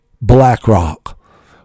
BlackRock